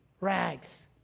rags